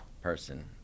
person